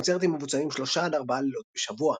קונצרטים מבוצעים שלושה עד ארבעה לילות בשבוע.